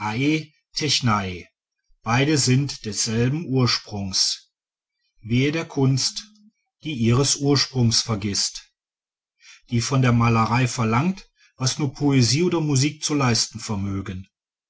beide sind desselben ursprungs wehe der kunst die ihres ursprungs vergißt die von der malerei verlangt was nur poesie oder musik zu leisten vermögen